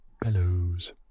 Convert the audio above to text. bellows